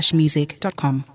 music.com